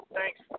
Thanks